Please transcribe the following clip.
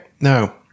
No